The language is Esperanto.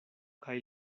kaj